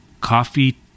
coffee